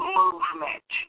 movement